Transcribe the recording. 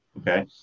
okay